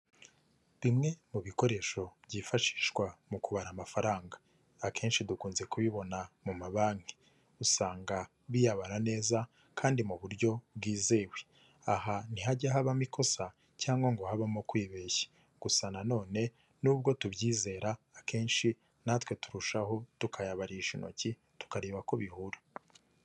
Bimwe mu bikoresho byifashishwa mu kubara amafaranga, akenshi dukunze kubibona mu mabanki, usanga biyabara neza kandi mu buryo bwizewe, aha ntihajya habamo ikosa cyangwa ngo habamo kwibeshya gusa na none n'ubwo tubyizera akenshi natwe turushaho tukayabarisha intoki tukareba ko bihura.